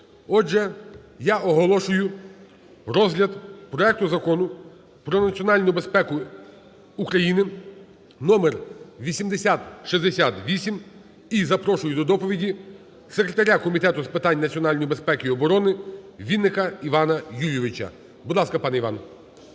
Отже, я оголошую розгляд проекту Закону про національну безпеку України (№ 8068). І запрошую до доповіді секретаря Комітету з питань національної безпеки і оборони Вінника Івана Юлійовича. Будь ласка, пане Іване.